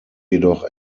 jedoch